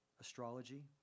Astrology